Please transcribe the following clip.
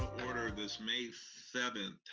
order this may seventh,